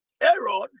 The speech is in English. Aaron